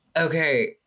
Okay